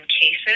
cases